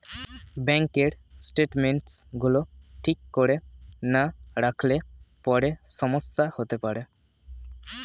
ব্যাঙ্কের স্টেটমেন্টস গুলো ঠিক করে না রাখলে পরে সমস্যা হতে পারে